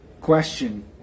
question